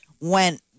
Went